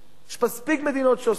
יש מספיק מדינות שעושות את זה.